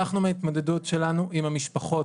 אנחנו מההתמודדות שלנו עם המשפחות,